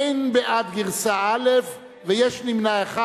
אין בעד גרסה א', ויש נמנע אחד.